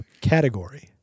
category